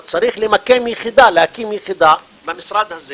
או צריך להקים יחידה במשרד הזה